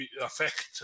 affect